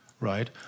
right